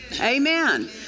Amen